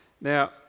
Now